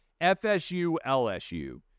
FSU-LSU